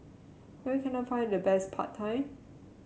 where can I find the best Pad Thai